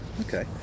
Okay